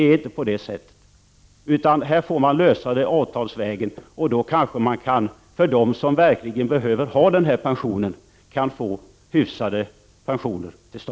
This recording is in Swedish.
Det hela får lösas avtalsvägen, och då kanske de som verkligen behöver en pension kan få en hyfsad pension också.